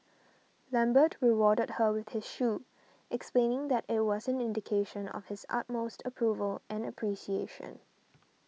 Lambert rewarded her with his shoe explaining that it was an indication of his utmost approval and appreciation